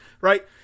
right